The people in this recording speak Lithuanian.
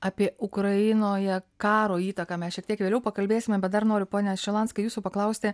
apie ukrainoje karo įtaką mes šiek tiek vėliau pakalbėsime bet dar noriu pone šilanskai jūsų paklausti